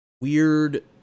weird